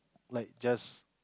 like just